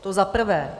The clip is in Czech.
To za prvé.